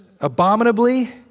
abominably